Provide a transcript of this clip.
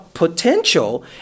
Potential